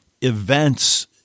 events